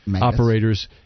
Operators